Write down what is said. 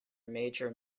major